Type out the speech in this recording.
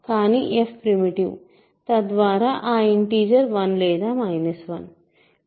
కానీ f primitive తద్వారా ఆ ఇంటిజర్ 1 లేదా 1